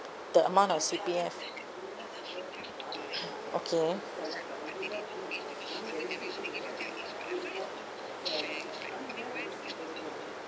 the amount of C_P_F okay